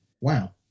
wow